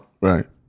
Right